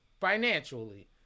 financially